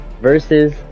versus